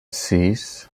sis